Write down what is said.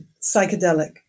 psychedelic